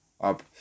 up